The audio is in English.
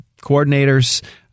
coordinators